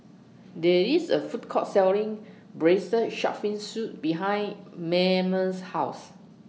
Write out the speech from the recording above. There IS A Food Court Selling Braised Shark Fin Soup behind Mayme's House